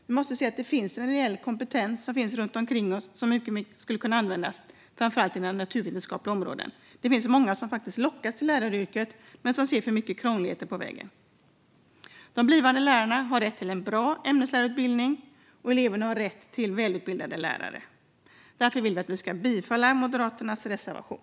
Vi måste se att det finns en reell kompetens runt omkring oss som skulle kunna användas, framför allt inom de naturvetenskapliga områdena. Det är många som faktiskt lockas av läraryrket men som ser för mycket krångligheter på vägen. De blivande lärarna har rätt till en bra ämneslärarutbildning, och eleverna har rätt till välutbildade lärare. Därför yrkar jag bifall till Moderaternas reservation.